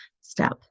step